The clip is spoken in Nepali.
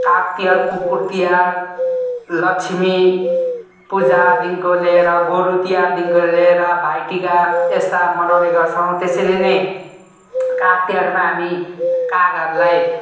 काग तिहार कुकुर तिहार लक्ष्मी पूजादेखिको लिएर गोरु तिहारदेखिको लिएर भाइ टीका यस्ता मनाउने गर्छौँ त्यसरी नै काग तिहारमा हामी कागहरूलाई